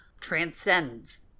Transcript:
transcends